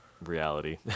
reality